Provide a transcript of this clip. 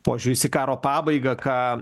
požiūris į karo pabaigą ką